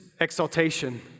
exaltation